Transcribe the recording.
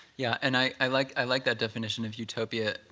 yeah. and i like i like that definition of utopia.